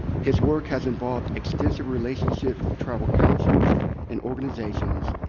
his work has involved extensive relationships with tribal councils and organizations,